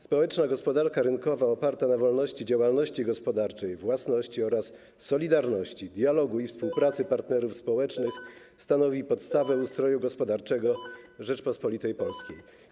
Społeczna gospodarka rynkowa oparta na wolności działalności gospodarczej, własności oraz solidarności, dialogu i współpracy partnerów społecznych stanowi podstawę ustroju gospodarczego Rzeczypospolitej Polskiej.